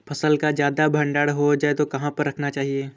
फसल का ज्यादा भंडारण हो जाए तो कहाँ पर रखना चाहिए?